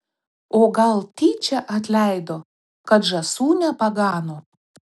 o gal tyčia atleido kad žąsų nepagano